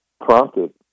prompted